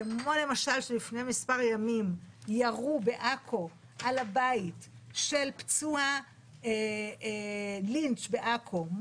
כמו למשל שלפני כמה ימים ירו בעכו על הבית של פצועה לינץ' בעכו,